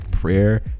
prayer